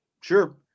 Sure